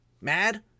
mad